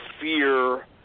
fear